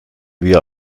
wir